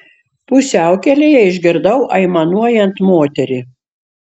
pusiaukelėje išgirdau aimanuojant moterį